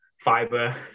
fiber